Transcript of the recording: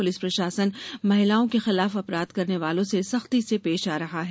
police प्रशासन महिलाओं के खिलाफ अपराध करने वालों से सख्ती से पेश आ रहा है